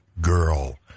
Girl